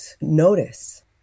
notice